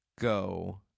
go